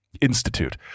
Institute